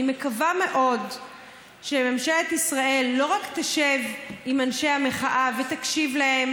אני מקווה מאוד שממשלת ישראל לא רק תשב עם אנשי המחאה ותקשיב להם,